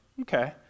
okay